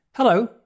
Hello